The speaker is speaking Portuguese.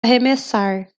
arremessar